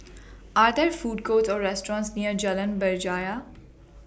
Are There Food Courts Or restaurants near Jalan Berjaya